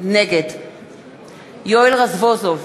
נגד יואל רזבוזוב,